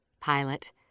pilot